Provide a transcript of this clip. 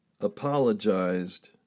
apologized